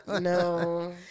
no